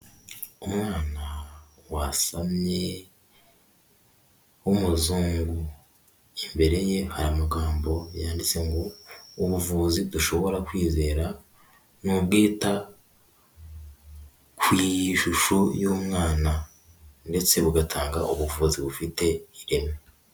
Umwana wasamye w'umuzungu, imbere ye hari amagambo yanditse ngo ''Ubuvuzi dushobora kwizera, ni ubwita ku ishusho y'umwana ndetse bugatanga ubuvuzi bufite ireme.''